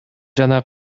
жана